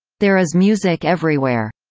there is music everywhere.